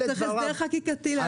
צריך הסדר חקיקתי לעשות את זה.